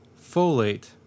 folate